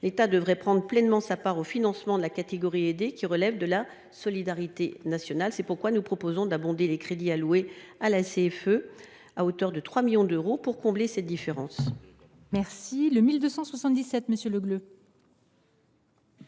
L’État devrait prendre pleinement sa part au financement de la catégorie aidée, qui relève de la solidarité nationale. C’est pourquoi nous proposons d’abonder les crédits alloués à la CFE, à hauteur de 3 millions d’euros, pour combler cette différence. L’amendement n° II 1277